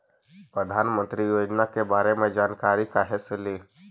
प्रधानमंत्री योजना के बारे मे जानकारी काहे से ली?